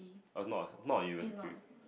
oh it's not not a university